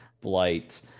Blight